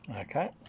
Okay